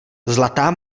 zlatá